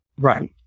right